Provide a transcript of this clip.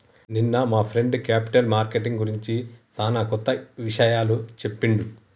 నిన్న మా friend capital marketing గురించి సానా కొత్త విషయాలు చెప్పిండు